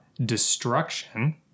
destruction